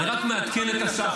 אני רק מעדכן את השר.